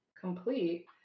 complete